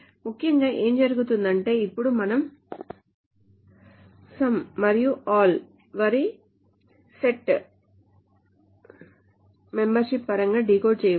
ముఖ్యంగా ఏమి జరుగుతుందంటే ఇప్పుడు మనం some మరియు ALLl వారి సెట్ మెంబర్షిప్ పరంగా డీకోడ్ చేయవచ్చు